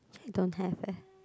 don't have eh